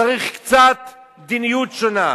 צריך מדיניות שונה.